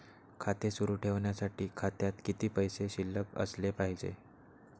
खाते सुरु ठेवण्यासाठी खात्यात किती पैसे शिल्लक असले पाहिजे?